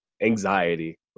anxiety